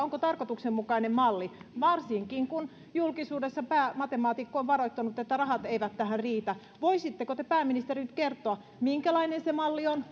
tarkoituksenmukainen malli varsinkin kun julkisuudessa päämatemaatikko on varoittanut että rahat eivät tähän riitä voisitteko te pääministeri nyt kertoa minkälainen se malli on